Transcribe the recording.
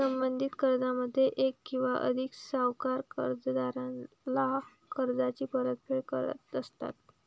संबंधित कर्जामध्ये एक किंवा अधिक सावकार कर्जदाराला कर्जाची परतफेड करत असतात